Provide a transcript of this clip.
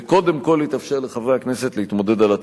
וקודם כול יתאפשר לחברי הכנסת להתמודד על התפקיד.